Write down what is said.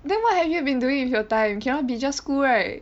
then what have you been doing with your time cannot be just school right